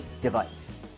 device